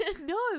No